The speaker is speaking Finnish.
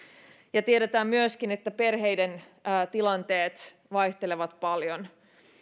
ja tiedetään myöskin että perheiden tilanteet vaihtelevat paljon